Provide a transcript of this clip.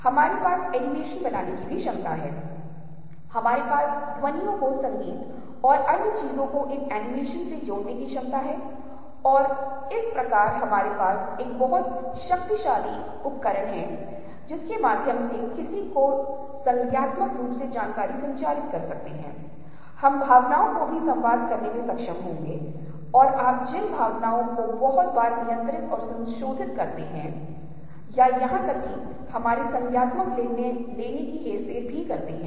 अब हम figure ground relationship के बारे में बात करेंगे यह बहुत सामान्य विवरण जहां आप बीच में स्विच कर सकते हैं या तो केंद्र में एक फूलदान को देख सकते हैं या दो चेहरे को तरफ देख सकते हैं लेकिन आप एक ही समय में दोनों चीजों को नहीं देख सकते हैं क्योंकि आप चीजों को देखने के दो अलग अलग तरीकों के बीच स्विच करते हैं इसके दिलचस्प परिणाम हो सकते हैं जब आप दृश्य संचार के लिए आवेदन करते हैं तो वे दिलचस्प चित्रों के लिए बना सकते हैं पेचीदा चित्र ध्यान आकर्षित कई चीजें कर सकते हैं